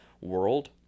world